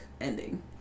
ending